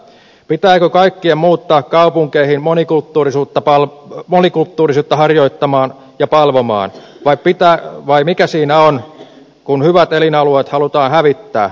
pitääkö kaikkien muuttaa kaupunkeihin monikulttuurisuutta harjoittamaan ja palvomaan vai mikä siinä on kun hyvät elinalueet halutaan hävittää